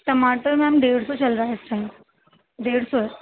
ٹماٹر میم ڈیڑھ سو چل رہا ہے اس ٹائم ڈیڑھ سو